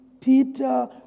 Peter